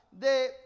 de